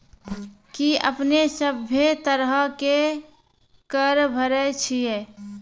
कि अपने सभ्भे तरहो के कर भरे छिये?